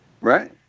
Right